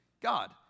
God